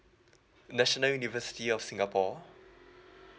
national university of singapore